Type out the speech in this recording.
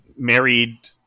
Married